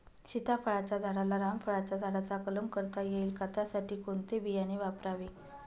सीताफळाच्या झाडाला रामफळाच्या झाडाचा कलम करता येईल का, त्यासाठी कोणते बियाणे वापरावे?